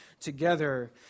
together